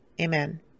Amen